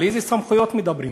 על איזה סמכויות מדברים